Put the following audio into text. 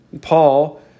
Paul